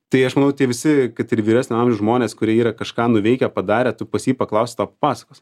tai aš manau tie visi kad ir vyresnio amžiaus žmonės kurie yra kažką nuveikę padarę tai pas jį paklausk tau pasakos